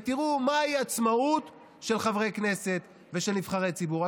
ותראו מהי עצמאות של חברי הכנסת ושל נבחרי הציבור.